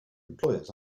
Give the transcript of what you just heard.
employers